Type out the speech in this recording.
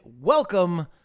welcome